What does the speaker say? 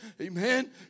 Amen